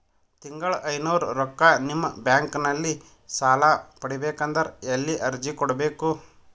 ತಿಂಗಳ ಐನೂರು ರೊಕ್ಕ ನಿಮ್ಮ ಬ್ಯಾಂಕ್ ಅಲ್ಲಿ ಸಾಲ ಪಡಿಬೇಕಂದರ ಎಲ್ಲ ಅರ್ಜಿ ಕೊಡಬೇಕು?